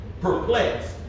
Perplexed